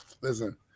Listen